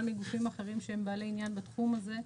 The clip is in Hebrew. מגופים אחרים שהם בעלי עניין בתחום הזה.